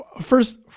First